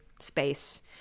space